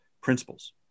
principles